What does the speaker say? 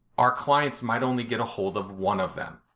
our clients might only get a hold of one of them.